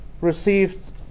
received